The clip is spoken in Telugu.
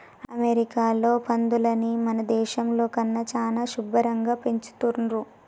అమెరికాలో పందులని మన దేశంలో కన్నా చానా శుభ్భరంగా పెంచుతున్రు